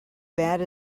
bad